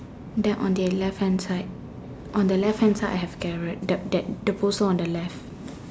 then on the left hand side on the left hand side I have carrot that that poster on the left